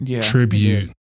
tribute